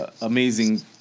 amazing